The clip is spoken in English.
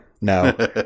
No